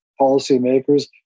policymakers